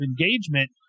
engagement